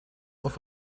auf